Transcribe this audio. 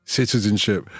citizenship